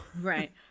Right